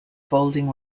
folding